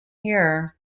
here